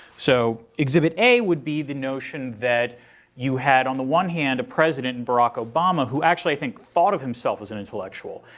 so exhibit a would be the notion that you had on the one hand a president in barack obama who actually think, thought of himself as an intellectual.